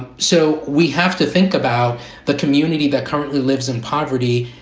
ah so we have to think about the community that currently lives in poverty.